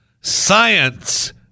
science